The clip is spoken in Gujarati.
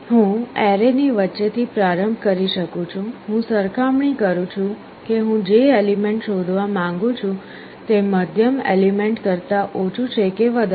હું એરે ની વચ્ચેથી પ્રારંભ કરી શકું છું હું સરખામણી કરું છું કે હું જે એલિમેન્ટ શોધવા માંગું છું તે મધ્યમ એલિમેન્ટ કરતા ઓછું છે કે વધારે